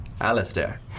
Alistair